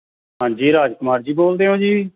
ਹਾਂਜੀ ਰਾਜ ਕੁਮਾਰ ਜੀ ਬੋਲਦੇ ਹੋ ਜੀ